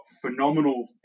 phenomenal